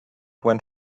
went